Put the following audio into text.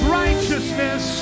righteousness